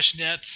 Fishnets